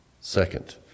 Second